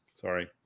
sorry